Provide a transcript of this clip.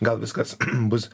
gal viskas bus